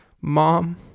mom